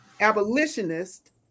Abolitionist